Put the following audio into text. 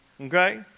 Okay